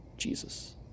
Jesus